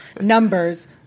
numbers